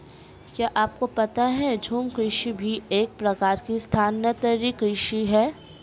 क्या आपको पता है झूम कृषि भी एक प्रकार की स्थानान्तरी कृषि ही है?